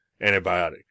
antibiotic